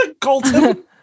colton